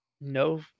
No